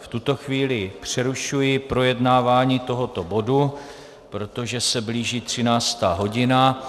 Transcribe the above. V tuto chvíli přerušuji projednávání tohoto bodu, protože se blíží 13. hodina.